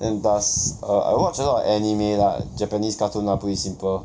then plus err I watch a lot of anime lah japanese cartoon to put it simple